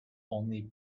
only